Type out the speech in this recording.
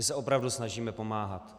My se opravdu snažíme pomáhat.